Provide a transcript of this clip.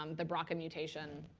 um the brca mutation,